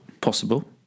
possible